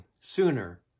sooner